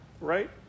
right